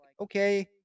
okay